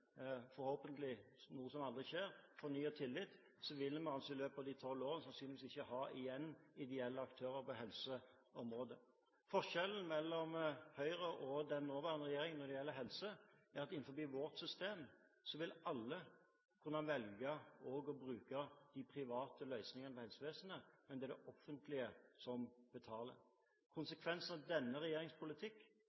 noe som forhåpentligvis aldri skjer, vil vi altså i løpet av disse tolv år sannsynligvis ikke ha igjen ideelle aktører på helseområdet. Forskjellen mellom Høyre og den nåværende regjeringen når det gjelder helse, er at innenfor vårt system vil alle kunne velge også å bruke de private løsningene i helsevesenet, men det er det offentlige som betaler.